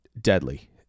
deadly